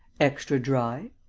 extra-dry?